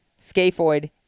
scaphoid